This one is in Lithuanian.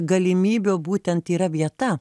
galimybių būtent yra vieta